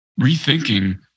rethinking